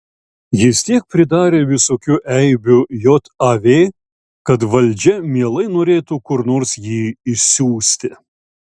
jis tiek pridarė visokių eibių jav kad valdžia mielai norėtų kur nors jį išsiųsti